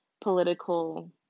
political